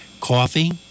Coffee